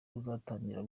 uzatangira